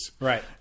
Right